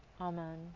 Amen